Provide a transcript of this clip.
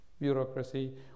bureaucracy